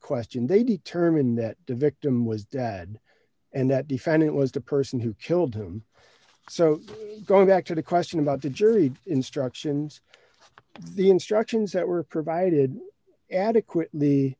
question they determine that the victim was dead and that defendant was the person who killed him so going back to the question about the jury instructions the instructions that were provided adequately